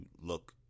look